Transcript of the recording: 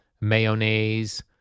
mayonnaise